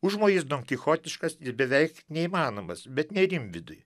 užmojis donkichotiškas ir beveik neįmanomas bet ne rimvydui